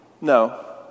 No